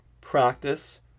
practice